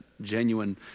genuine